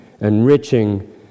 enriching